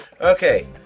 Okay